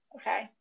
Okay